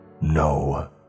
No